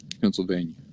Pennsylvania